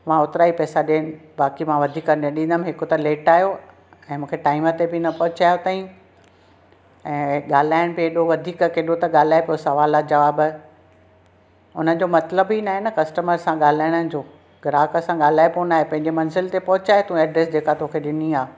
मां ओतिरा ई पैसा ॾींद बाक़ी मां वधीक न ॾिंदमि हिकु त लेट आयो ऐं मूंखे टाईम ते बि न पहुचायो अथई ऐं ॻाल्हाइणु त एॾो वधीकु केॾो त ॻाल्हाए पियो सुवाल जुवाब उन जो मतिलब ई नाहे न कस्टमर सां ॻाल्हाइणु जो ग्राहक सां ॻाल्हाइबो नाहे पंहिंजी मंज़िल ते पहुचाए तूं एड्रेस जेका तोखे ॾिनी आ